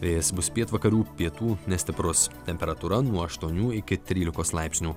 vėjas bus pietvakarių pietų nestiprus temperatūra nuo aštuonių iki trylikos laipsnių